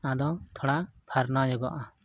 ᱟᱫᱚ ᱛᱷᱚᱲᱟ ᱯᱷᱟᱨᱱᱟᱣ ᱧᱚᱜᱚᱜᱼᱟ